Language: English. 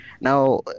Now